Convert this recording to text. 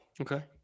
Okay